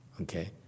okay